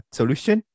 solution